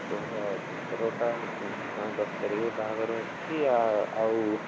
ତ ତାଙ୍କରଟା ତାଙ୍କର ଦଶ ତାରିଖ ବାହାଘର ଅଛି ଆ ଆଉ